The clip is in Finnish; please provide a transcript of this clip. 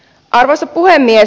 arvoisa puhemies